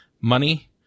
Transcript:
money